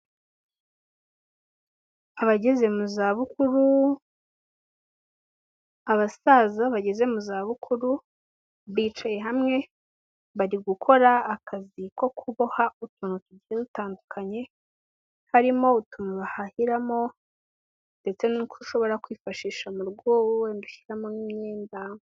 Abageze mu za bukuru abasaza bageze mu za bukuru bicaye hamwe bari gukora akazi ko kuboha utuntu tugiye dutandukanye harimo utuma bahahiramo ndetse n'utwo ushobora kwifashisha mu rugo wenda ushyiramo nk'imyenda.